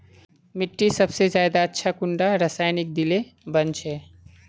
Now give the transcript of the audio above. मिट्टी सबसे ज्यादा अच्छा कुंडा रासायनिक दिले बन छै?